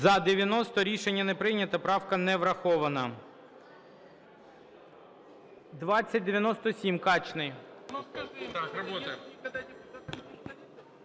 За-90 Рішення не прийнято, правка не врахована. 2097, Качний.